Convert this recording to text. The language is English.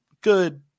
good